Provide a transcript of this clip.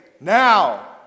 Now